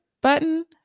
button